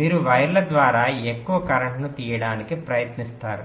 మీరు వైర్లు ద్వారా ఎక్కువ కరెంట్ను తీయడానికి ప్రయత్నిస్తారు